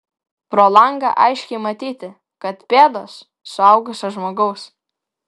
pro langą aiškiai matyti kad pėdos suaugusio žmogaus